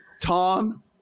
Tom